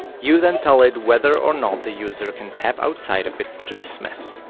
you then tell it whether or not the user can tap outside of it to dismiss.